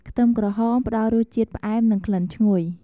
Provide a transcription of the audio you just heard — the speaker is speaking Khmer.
ខ្ទឹមក្រហម ផ្ដល់រសជាតិផ្អែម និងក្លិនឈ្ងុយ។